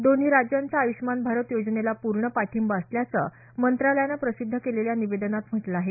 दोन्ही राज्यांचा आय्ष्मान भारत योजनेला पूर्ण पाठिंबा असल्याचं मंत्रालयानं प्रसिद्ध केलेल्या निवेदनात म्हटलं आहे